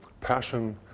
passion